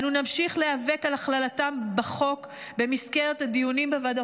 אנו נמשיך להיאבק על הכללתם בחוק במסגרת הדיונים בוועדות.